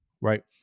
right